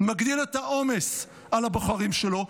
מגדיל את העומס על הבוחרים שלו,